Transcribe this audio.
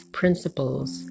principles